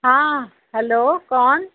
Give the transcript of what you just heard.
हा हलो कौन